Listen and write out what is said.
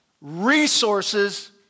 resources